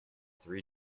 three